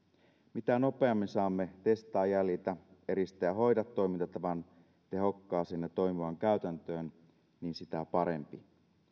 mitä nopeammin saamme testaa jäljitä eristä ja hoida toimintatavan tehokkaaseen ja toimivaan käytäntöön sitä parempi